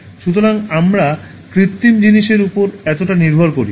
সুতরাং আমরা কৃত্রিম জিনিসের উপর এতটা নির্ভর করি